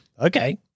Okay